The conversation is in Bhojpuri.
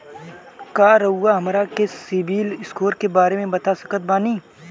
का रउआ हमरा के सिबिल स्कोर के बारे में बता सकत बानी?